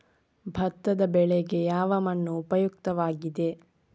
ಭತ್ತದ ಬೆಳೆಗೆ ಯಾವ ಮಣ್ಣು ಉಪಯುಕ್ತವಾಗಿದೆ?